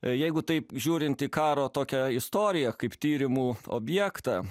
jeigu taip žiūrint į karo tokią istoriją kaip tyrimų objektą